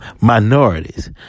minorities